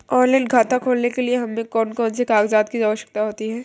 Online खाता खोलने के लिए हमें कौन कौन से कागजात की आवश्यकता होती है?